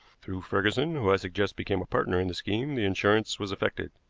through ferguson, who i suggest became a partner in the scheme, the insurance was effected.